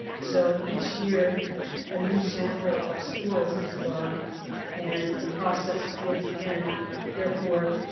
so each year a new sample of schools is drawn and the process begins again therefore,